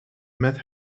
met